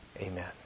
Amen